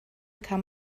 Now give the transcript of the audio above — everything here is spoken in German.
kam